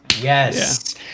Yes